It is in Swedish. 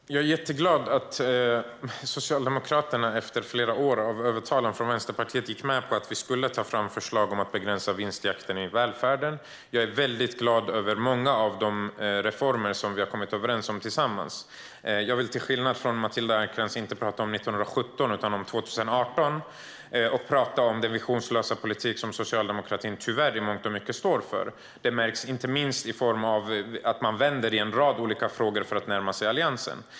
Herr talman! Jag är jätteglad över att Socialdemokraterna efter flera år av övertalningar från Vänsterpartiet gick med på att ta fram förslag om att begränsa vinstjakten i välfärden. Jag är väldigt glad över många av de reformer som vi tillsammans har kommit överens om. Till skillnad från Matilda Ernkrans vill jag inte prata om 1917 utan om 2018. Jag vill prata om den visionslösa politik som socialdemokratin i mångt och mycket tyvärr står för. Det märks inte minst när man vänder i en rad olika frågor för att närma sig Alliansen.